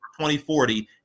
2040